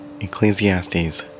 Ecclesiastes